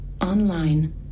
online